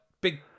big